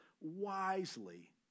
wisely